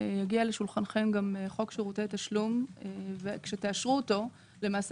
יגיע לשולחנכם גם חוק שירותי תשלום וכשתאשרו אותו למעשה